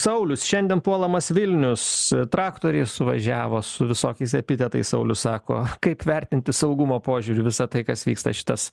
saulius šiandien puolamas vilnius traktoriais suvažiavo su visokiais epitetais saulius sako kaip vertinti saugumo požiūriu visa tai kas vyksta šitas